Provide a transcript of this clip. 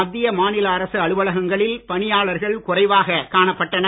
மத்திய மாநில அரசு அலுவலகங்களில் பணியாளர்கள் குறைவாக காணப்பட்டனர்